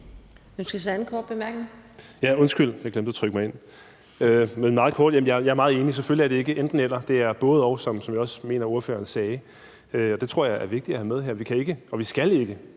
Stinus Lindgreen (RV): Ja, undskyld, jeg glemte at trykke mig ind. Jeg skal gøre det meget kort. Jeg er meget enig. Selvfølgelig er det ikke enten-eller, men både-og, hvilket jeg også mener ordføreren sagde. Det tror jeg er vigtigt at have med her. Vi kan ikke og vi skal ikke